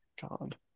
God